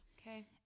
Okay